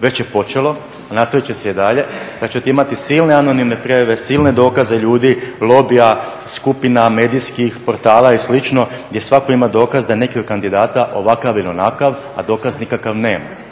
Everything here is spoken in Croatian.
već je počelo a nastavit će se i dalje, da ćete imati silne anonimne prijave, silne dokaze ljudi, lobija, skupina, medijskih portala i slično gdje svatko ima dokaz da neki od kandidata je ovakav ili onakav, a dokaz nikakav nema.